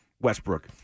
Westbrook